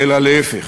אלא להפך,